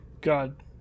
God